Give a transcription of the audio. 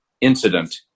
incident